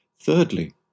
Thirdly